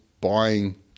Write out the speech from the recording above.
buying